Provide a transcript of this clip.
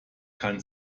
kann